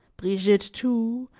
brigitte, too,